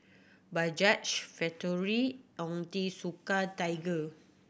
Bajaj Factorie Onitsuka Tiger